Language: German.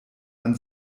man